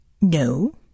No